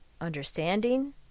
understanding